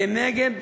נגד